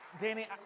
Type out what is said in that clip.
Danny